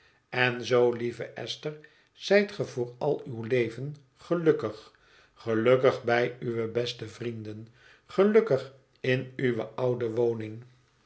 en zoo lieve esther zijt ge voor al uw leven gelukkig gelukkig bij uwe beste vrienden gelukkig in uwe oude woning